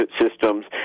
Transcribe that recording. systems